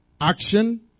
action